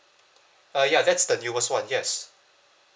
uh ya that's the newest [one] yes